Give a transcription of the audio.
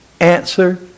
answer